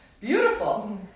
Beautiful